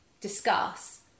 discuss